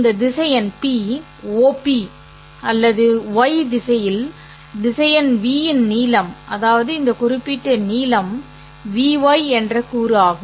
இந்த திசையன் P OP அல்லது y திசையில் திசையன் V இன் நீளம் அதாவது இந்த குறிப்பிட்ட நீளம் Vy என்ற கூறு ஆகும்